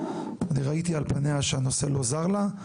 אני ראיתי על פניה שהנושא לא זר לה,